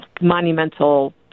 monumental